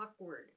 awkward